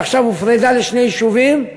שעכשיו הופרדה לשני יישובים,